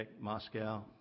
Moscow